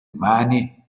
umani